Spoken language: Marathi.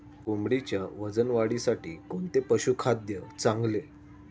कोंबडीच्या वजन वाढीसाठी कोणते पशुखाद्य चांगले?